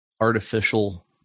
artificial